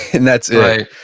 and that's it right.